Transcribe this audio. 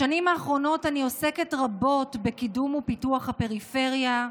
בשנים האחרונות אני עוסקת רבות בקידום ופיתוח הפריפריה,